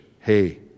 hey